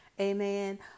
Amen